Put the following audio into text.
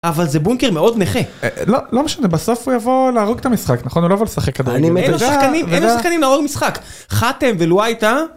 אבל זה בונקר מאוד נכה. לא משנה, בסוף הוא יבוא להרוג את המשחק, נכון? הוא לא יבוא לשחק את הדברים. אין לו שחקנים, אין לו שחקנים לעורר משחק. חאתם ולואי טאה.